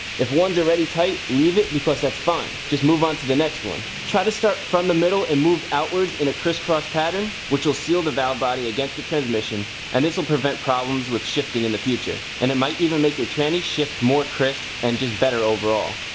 if one's already tight, leave it because that's fine. just move on to the next one try to start from the middle and move outwards in a crisscross pattern which will seal the valve body against the transmission and this will prevent problems with shifting in the future and it might even make your tranny shift more crisp and just better overall.